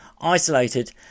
isolated